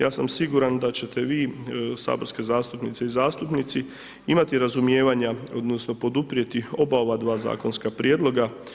Ja sam siguran da ćete vi saborski zastupnici i zastupnici imati razumijevanja odnosno poduprijeti oba ova dva zakonska prijedloga.